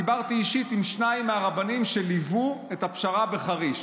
דיברתי אישית עם שניים מהרבנים שליוו את הפשרה בחריש,